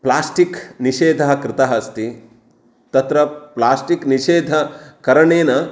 plastic निषेधः कृतः अस्ति तत्र प्लास्टिक् निषेधकरणेन